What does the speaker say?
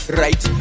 right